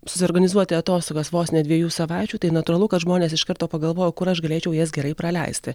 susiorganizuoti atostogas vos ne dviejų savaičių tai natūralu kad žmonės iš karto pagalvoja o kur aš galėčiau jas gerai praleisti